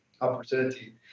opportunity